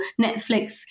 netflix